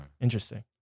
Interesting